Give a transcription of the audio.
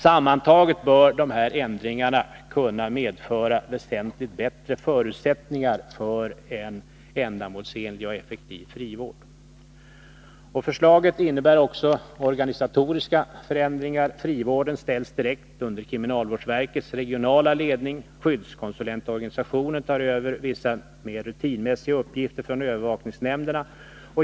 Sammantagna bör ändringarna kunna medföra väsentligt bättre förutsättningar för en ändamålsenlig och effektiv frivård. Förslaget innebär också organisatoriska förändringar. Frivården ställs direkt under kriminalvårdsverkets regionala ledning. Skyddskonsulentorganisationen tar över vissa mer rutinmässiga uppgifter från övervakningsnämnderna.